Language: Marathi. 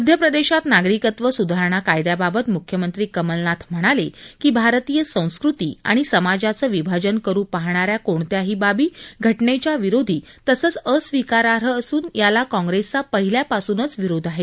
मध्यप्रदेशात नागरिकत्व सुधारणा कायद्याबाबात मुख्यमंत्री कमलनाथ म्हणाले की भारतीय संस्कृती आणि समाजाचं विभाजन करू पाहणाऱ्या कोणत्याही बाबी घटनेच्या विरोधी तसंच अस्विकाराई असून याला काँप्रेसचा पहिल्यापासूनच विरोध आहे